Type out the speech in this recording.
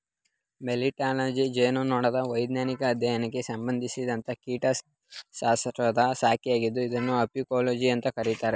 melittology ಜೇನುನೊಣದ ವೈಜ್ಞಾನಿಕ ಅಧ್ಯಯನಕ್ಕೆ ಸಂಬಂಧಿಸಿದ ಕೀಟಶಾಸ್ತ್ರದ ಶಾಖೆಯಾಗಿದೆ ಇದನ್ನು ಅಪಿಕೋಲಜಿ ಅಂತ ಕರೀತಾರೆ